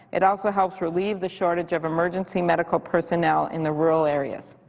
it also helps relieve the shortage of emergency medical personnel in the rural areas.